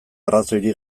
arrazoirik